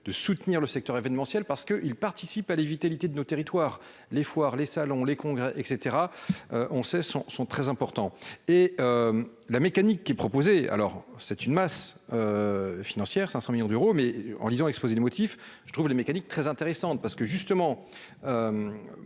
de soutenir le secteur événementiel parce que ils participent à la vitalité de nos territoires, les foires, les salons, les congrès et etc, on s'est sont sont très importants et la mécanique qui est proposé, alors c'est une masse financière 500 millions d'euros, mais en lisant exposé des motifs, je trouve les mécaniques très intéressante parce que justement